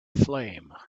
flame